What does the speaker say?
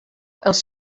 els